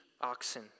oxen